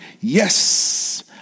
Yes